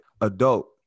adult